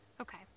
Okay